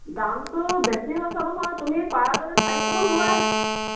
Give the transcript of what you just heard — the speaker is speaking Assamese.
দামটো বেছি হৈছে নহয় তুমি পাৰা যদি চাৰিশমান লোৱা